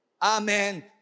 Amen